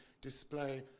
display